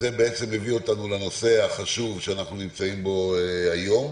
זה בעצם הביא אותנו לנושא החשוב שאנחנו נמצאים בו היום.